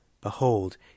Behold